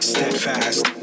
Steadfast